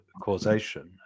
causation